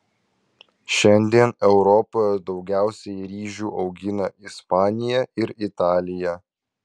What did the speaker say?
šiandien europoje daugiausiai ryžių augina ispanija ir italija